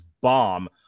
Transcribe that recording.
bomb